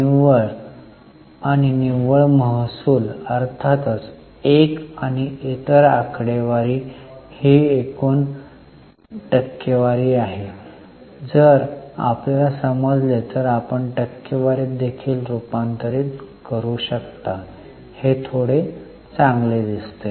निव्वळ आणि निव्वळ महसूल अर्थातच १ आणि इतर आकडेवारी ही एकूण टक्केवारी आहे जर आपल्याला समजले तर आपण टक्केवारीत देखील रूपांतरित करू शकता हे थोडेसे चांगले दिसते